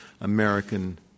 American